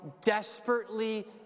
desperately